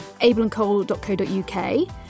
abelandcole.co.uk